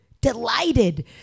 delighted